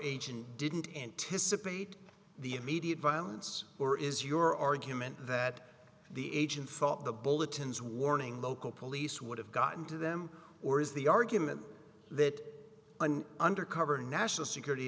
agent didn't anticipate the immediate violence or is your argument that the agent thought the bulletins warning local police would have gotten to them or is the argument that an undercover national security